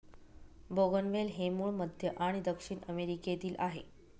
बोगनवेल हे मूळ मध्य आणि दक्षिण अमेरिकेतील आहे